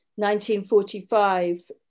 1945